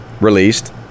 released